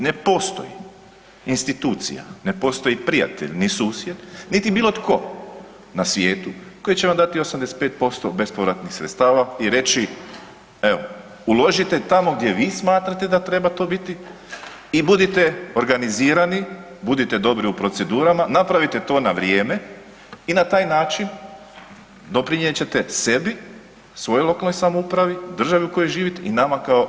Ne postoji institucija, ne postoji prijatelj ni susjed niti bilo tko na svijetu koji će vam dati 85% bespovratnih sredstava i reći evo, uložite tamo gdje vi smatrate da treba to biti i budite organizirani, budite dobri u procedurama, napravite to na vrijeme, i na taj način doprinijet ćete sebi, svojoj lokalnoj samoupravi, državi u kojoj živite i nama kao EU.